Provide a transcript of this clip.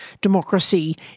democracy